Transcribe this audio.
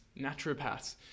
naturopaths